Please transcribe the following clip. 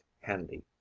handy